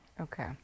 Okay